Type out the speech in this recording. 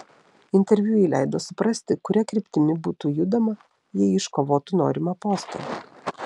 interviu ji leido suprasti kuria kryptimi būtų judama jei ji iškovotų norimą postą